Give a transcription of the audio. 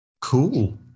Cool